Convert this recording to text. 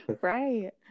Right